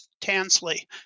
Tansley